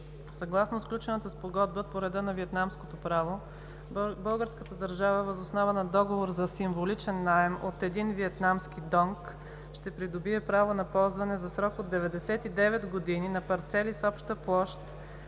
Съгласно сключената Спогодба, по реда на виетнамското право, българската държава въз основа на договор за символичен наем от 1 виетнамски донг, ще придобие право на ползване за срок от 99 години на парцели с обща площ